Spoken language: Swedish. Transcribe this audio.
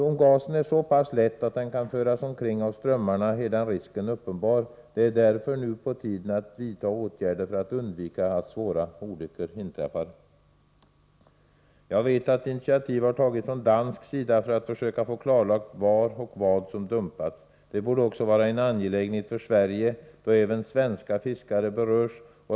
Om gasen är så pass lätt att den kan föras omkring av strömmarna, är den risken uppenbar. Det är därför nu på tiden att vidta åtgärder för att undvika att svåra olyckor inträffar. Jag vet att initiativ tagits från dansk sida för att försöka få klarlagt var och vad som dumpats. Det borde också vara en angelägenhet för Sverige då även svenska fiskare berörs.